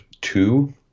two